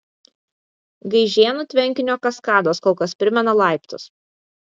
gaižėnų tvenkinio kaskados kol kas primena laiptus